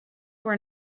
were